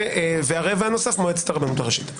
הרבע הנוסף זה מועצת הרבנות הראשית.